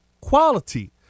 quality